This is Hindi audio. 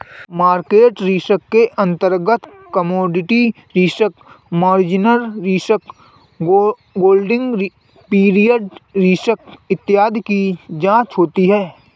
मार्केट रिस्क के अंतर्गत commodity risk, margin risk, holding period risk इत्यादि की चर्चा होती है